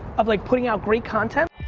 of like putting out great content.